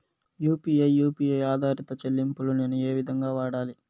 UPI U P I ఆధారిత చెల్లింపులు నేను ఏ విధంగా వాడాలి?